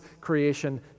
creation